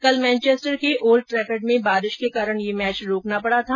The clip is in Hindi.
कल मैनचेस्टर के ओल्ड ट्रफर्ड में बारिश के कारण यह मैच रोकना पड़ा था